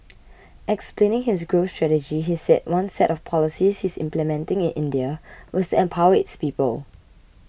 explaining his growth strategy he said one set of policies he is implementing in India was to empower its people